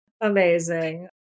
Amazing